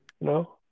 No